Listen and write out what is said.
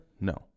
No